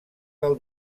del